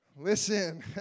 Listen